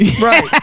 Right